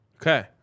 Okay